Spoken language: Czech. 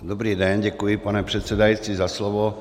Dobrý den, děkuji, pane předsedající, za slovo.